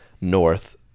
North